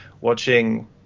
watching